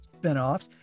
spinoffs